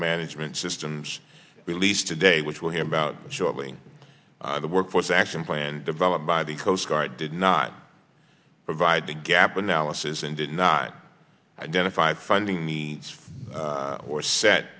management systems released today which will hear about shoving the workforce action plan developed by the coast guard did not provide the gap analysis and did not identify funding needs or set